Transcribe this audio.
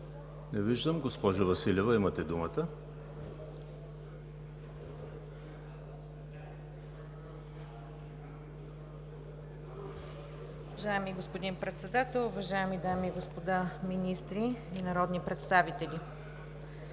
Не виждам. Госпожо Василева, имате думата.